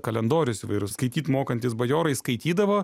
kalendorius įvairūs skaityt mokantys bajorai skaitydavo